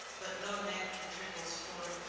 but no nectar trickles forth,